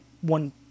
one